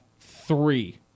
three